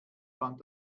fand